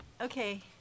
Okay